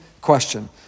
question